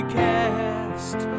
cast